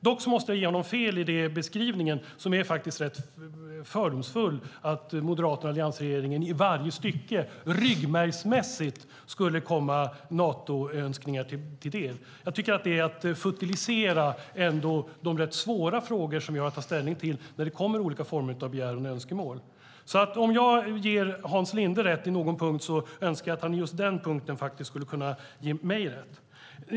Dock måste jag ge Hans Linde fel i beskrivningen, som är rätt fördomsfull, att Moderaterna och alliansregeringen i varje stycke, ryggmärgsmässigt, skulle gå Natos önskemål till mötes. Jag tycker att det är att förminska de rätt svåra frågor som vi har att ta ställning till när det kommer olika former av begäranden och önskemål. Om jag ger Hans Linde rätt på någon punkt önskar jag att han på just den punkten skulle kunna ge mig rätt.